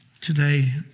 today